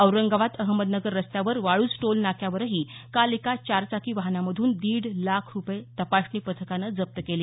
औरंगाबाद अहमदनगर रस्त्यावर वाळ्ज टोल नाक्यावरही काल एका चारचाकी वाहनामधून दीड लाख रूपये तपासणी पथकानं जप्त केले